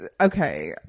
okay